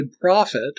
profit